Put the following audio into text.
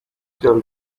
tell